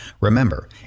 Remember